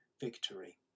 victory